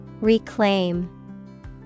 Reclaim